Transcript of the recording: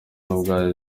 nk’ubwa